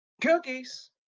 Cookies